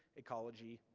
ecology,